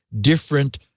different